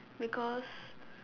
because